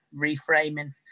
reframing